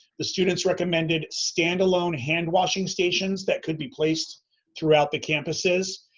the students recommended standalone hand washing stations that could be placed throughout the campuses.